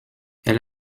elle